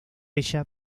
ella